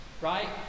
right